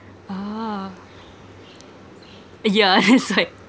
ah yeah that's why